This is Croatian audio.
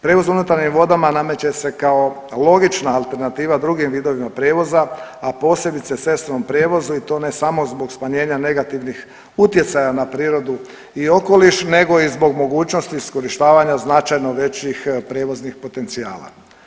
Prijevoz unutarnjim vodama nameće se kao logična alternativa drugim vidovima prijevoza, a posebice cestovnom prijevozu i to ne samo zbog smanjenja negativnih utjecaja na prirodu i okoliš nego i zbog mogućnosti iskorištavanja značajno većih prijevoznih potencijala.